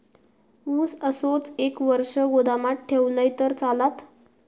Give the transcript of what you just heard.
ऊस असोच एक वर्ष गोदामात ठेवलंय तर चालात?